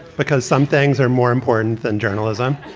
because some things are more important than journalism.